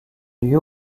lieu